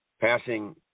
passing